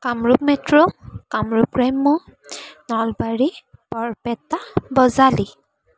Kamrup Metro Kamrup গ্ৰাম্য নলবাৰী বৰপেটা বজালী